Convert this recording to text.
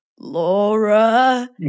Laura